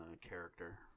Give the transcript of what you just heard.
character